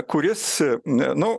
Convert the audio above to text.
kuris nu